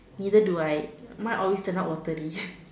neither do I mine always turn out watery